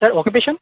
sir occupation